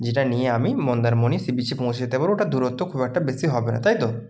যেটা নিয়ে আমি মন্দারমণি সি বিচে পৌঁছে যেতে পারবো ওটার দূরত্ব খুব একটা বেশি হবে না তাই তো